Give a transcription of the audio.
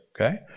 okay